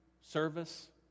service